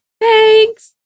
Thanks